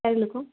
ଚାରି ଲୋକ